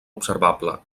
observable